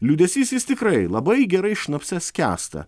liūdesys jis tikrai labai gerai šnapse skęsta